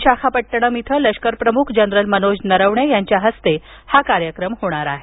विशाखापट्टणम इथं लष्कर प्रमुख जनरल मनोज नरवणे यांच्या हस्ते हा कार्यक्रम होणार आहे